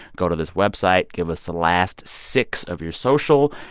go to this website. give us the last six of your social,